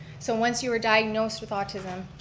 so once you are diagnosed with autism,